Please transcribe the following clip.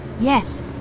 Yes